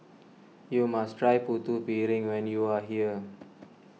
you must try Putu Piring when you are here